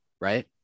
Right